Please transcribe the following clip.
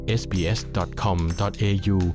sbs.com.au